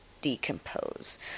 decompose